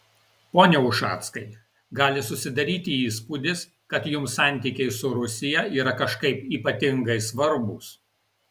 pone ušackai gali susidaryti įspūdis kad jums santykiai su rusija yra kažkaip ypatingai svarbūs